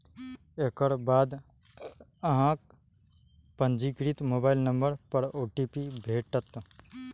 एकर बाद अहांक पंजीकृत मोबाइल नंबर पर ओ.टी.पी भेटत